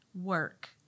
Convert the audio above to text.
work